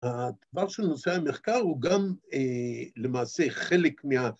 ‫הדבר של נושא המחקר ‫הוא גם למעשה חלק מה...